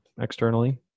externally